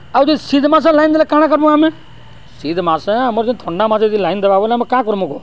ଆଉ ଯଦି ଶୀତ୍ ମାସେ ଲାଇନ୍ ଦେଲେ କାଣା କର୍ମୁ ଆମେ ଶୀତ୍ ମାସେ ଆମର୍ ଯଦି ଥଣ୍ଡା ମାସେ ଯଦି ଲାଇନ୍ ଦେବା ବଏଲେ ଆମେ କାଁ କର୍ମୁ କହ